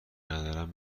ندارم